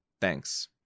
Thanks